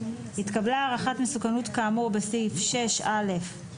התקבלה הערכת מסוכנות כאמור בסעיף 6א(ג),